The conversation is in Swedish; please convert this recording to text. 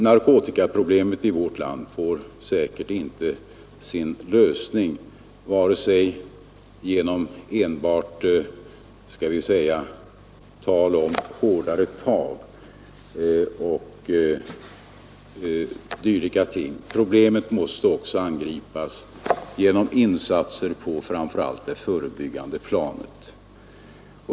Narkotikaproblemet i vårt land når säkert inte sin lösning genom att man enbart talar om hårdare tag och dylika ting. Problemet måste angripas genom insatser på framför allt det förebyggande planet.